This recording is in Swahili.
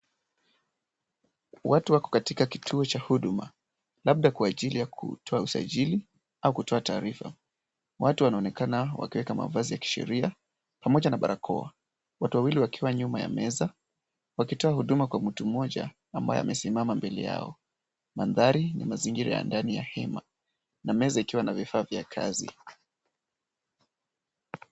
Watu wako katika kituo cha huduma labda kwa ajili ya kutoa usajili au kutoa taarifa. Watu wanaonekana wakiweka mavazi ya kisheria pamoja na barakoa. Watu wawili wakiwa nyuma ya meza, wakitoa huduma kwa mtu mmoja ambaye amesimama mbele yao. Mandhari ni mazingira ya ndani ya hema na meza ikiwa na vifaa vya kazi.